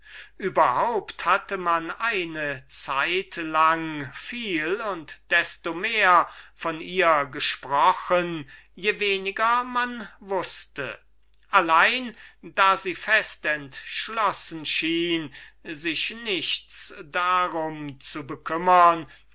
überhaupt hatte man eine zeit lang vieles und desto mehr von ihr gesprochen je weniger man wußte allein da sie fest entschlossen schien sich nichts darum zu bekümmern